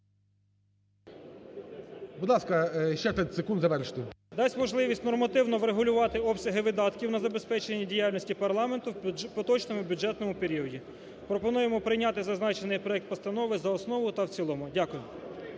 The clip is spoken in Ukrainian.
Дасть можливість нормативно врегулювати обсяги видатків на забезпечення діяльності парламенту в поточному бюджетному періоді. Пропонуємо прийняти зазначений проект постанови за основу та в цілому. Дякую.